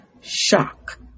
shock